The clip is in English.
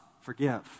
forgive